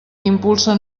impulsa